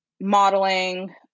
modeling